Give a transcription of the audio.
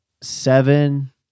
seven